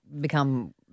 become